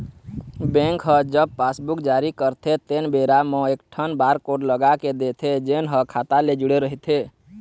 bank ह जब passbook जारी करथे तेन बेरा म एकठन बारकोड लगा के देथे जेन ह खाता ले जुड़े रहिथे